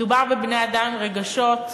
מדובר בבני-אדם, רגשות,